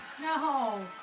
No